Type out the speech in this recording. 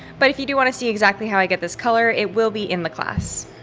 but if you do want to see exactly how i get this color, it will be in the class.